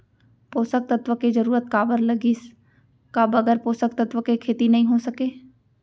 पोसक तत्व के जरूरत काबर लगिस, का बगैर पोसक तत्व के खेती नही हो सके?